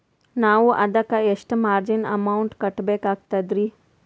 ನಾವು ಅದಕ್ಕ ಎಷ್ಟ ಮಾರ್ಜಿನ ಅಮೌಂಟ್ ಕಟ್ಟಬಕಾಗ್ತದ್ರಿ?